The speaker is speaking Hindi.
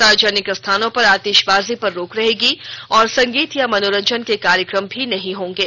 सार्वजनिक स्थानों पर आतिशबाजी पर रोक रहेगी और संगीत या मनोरंजन के कार्यक्रम भी नहीं होंगे